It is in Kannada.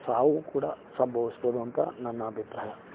ಸಾವು ಕೂಡ ಸಂಭವಿಸಬಹುದು ಅಂತ ನನ್ನ ಅಭಿಪ್ರಾಯ